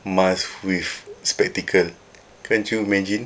mask with spectacle can't you imagine